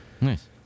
Nice